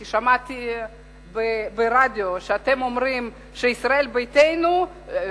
כי שמעתי ברדיו שאתם אומרים שישראל ביתנו היא